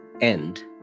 end